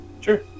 Sure